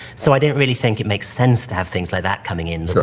so i don't really think it make sense to have things like that coming in. sure.